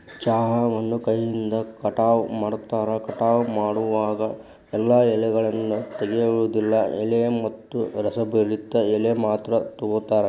ಚಹಾವನ್ನು ಕೈಯಿಂದ ಕಟಾವ ಮಾಡ್ತಾರ, ಕಟಾವ ಮಾಡೋವಾಗ ಎಲ್ಲಾ ಎಲೆಗಳನ್ನ ತೆಗಿಯೋದಿಲ್ಲ ಎಳೆ ಮತ್ತ ರಸಭರಿತ ಎಲಿ ಮಾತ್ರ ತಗೋತಾರ